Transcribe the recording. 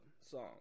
song